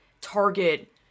Target